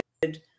good